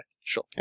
sure